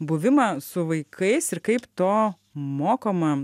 buvimą su vaikais ir kaip to mokoma